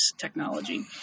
technology